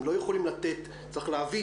צריך להבין,